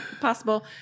possible